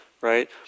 right